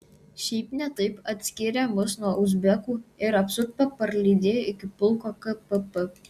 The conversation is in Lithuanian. šiaip ne taip atskyrė mus nuo uzbekų ir apsupę parlydėjo iki pulko kpp